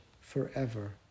forever